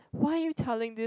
why are you telling this